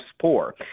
poor